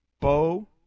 Bo